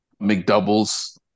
McDoubles